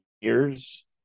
years